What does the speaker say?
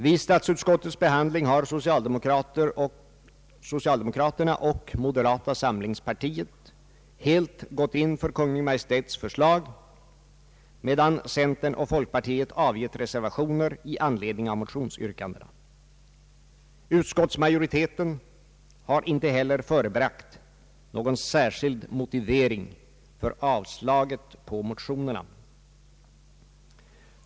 Vid statsutskottets behandling har socialdemokrater och företrädare för moderata samlingspartiet helt gått in för Kungl. Maj:ts förslag, medan centern och folkpartiet avgett reservationer i anledning av motionsyrkandena. Utskottsmajoriteten har inte förebragt någon särskild motivering för avstyrkandet av motionerna.